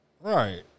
Right